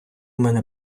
мене